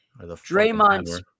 Draymond